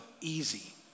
easy